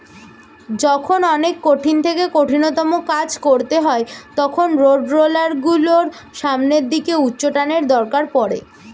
যখন অনেক কঠিন থেকে কঠিনতম কাজ করতে হয় তখন রোডরোলার গুলোর সামনের দিকে উচ্চটানের দরকার পড়ে